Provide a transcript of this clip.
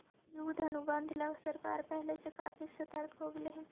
युद्ध अनुबंध ला सरकार पहले से काफी सतर्क हो गेलई हे